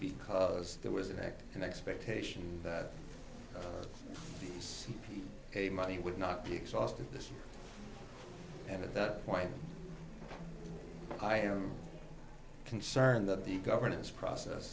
because there was an act an expectation that money would not be exhausted and at that point i am concerned that the governance process